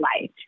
life